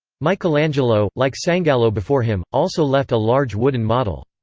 michelangelo, like sangallo before him, also left a large wooden model.